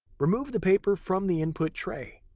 remove the paper from the input tray.